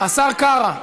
השר קרא.